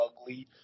ugly